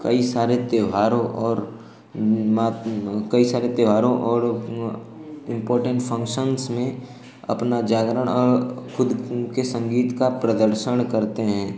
कई सारे त्योहारों और मात्म कई सारे त्योहारों और इम्पॉर्टेन्ट फंगसंस में अपना जागरण खुद के संगीत का प्रदर्शन करते हैं